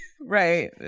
right